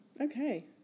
Okay